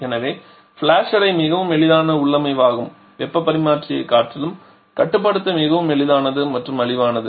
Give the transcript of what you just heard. எனவே ஃபிளாஷ் அறை மிகவும் எளிதான உள்ளமைவாகும் வெப்பப் பரிமாற்றியைக் காட்டிலும் கட்டுப்படுத்த மிகவும் எளிதானது மற்றும் மலிவானது